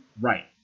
Right